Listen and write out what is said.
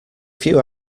few